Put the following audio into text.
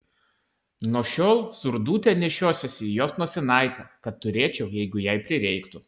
nuo šiol surdute nešiosiuosi jos nosinaitę kad turėčiau jeigu jai prireiktų